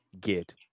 get